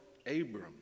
Abram